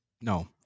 No